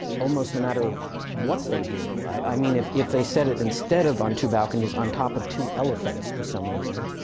almost no matter what they do. i i mean, if if they set it, instead of on two balconies, on top of two elephants for some reason,